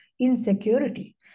insecurity